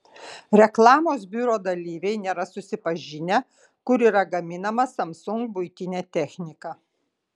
reklamos biuro dalyviai nėra susipažinę kur yra gaminama samsung buitinė technika